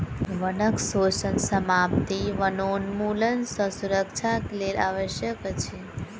वनक शोषण समाप्ति वनोन्मूलन सँ सुरक्षा के लेल आवश्यक अछि